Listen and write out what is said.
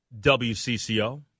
WCCO